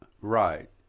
right